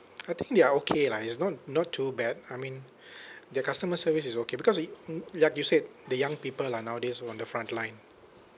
I think they are okay lah it's not not too bad I mean their customer service is okay because it mm like you said the young people are nowadays on the front line